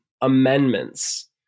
amendments